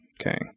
Okay